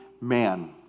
man